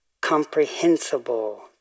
comprehensible